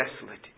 desolate